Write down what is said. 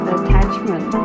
attachment